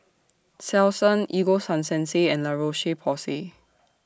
Selsun Ego Sunsense and La Roche Porsay